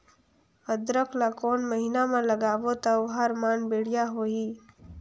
अदरक ला कोन महीना मा लगाबो ता ओहार मान बेडिया होही?